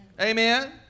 Amen